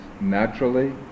naturally